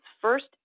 first